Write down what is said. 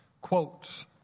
quotes